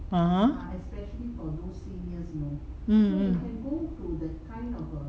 (uh huh) mm mm